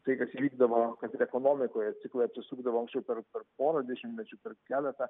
tai kas įvykdavo kad ir ekonomikoje ciklai atsisukdavau anksčiau per per porą dešimtmečių per keletą